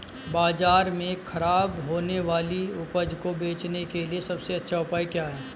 बाजार में खराब होने वाली उपज को बेचने के लिए सबसे अच्छा उपाय क्या है?